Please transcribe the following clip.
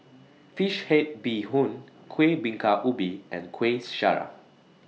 Fish Head Bee Hoon Kueh Bingka Ubi and Kueh Syara